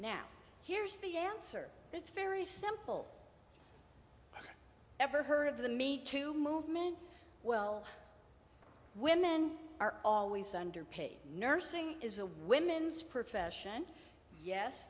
now here's the answer it's very simple ever heard of the me too movement well women are always underpaid nursing is a women's profession yes